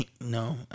No